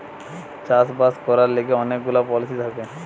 চাষ বাস করবার লিগে অনেক গুলা পলিসি থাকে